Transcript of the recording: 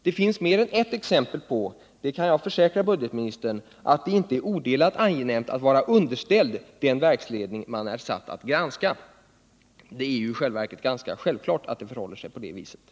Jag kan försäkra budgetministern att det finns mer än ett exempel på att det inte är odelat angenämt att vara underställd den verksledning som man är satt att granska. I själva verket är det ganska självklart att det förhåller sig på det viset.